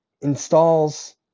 installs